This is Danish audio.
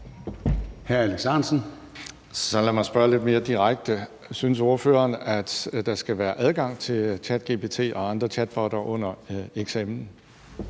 Alex Ahrendtsen (DF): Så lad mig spørge lidt mere direkte: Synes ordføreren, at der skal være adgang til ChatGPT og andre chatbotter under eksamen?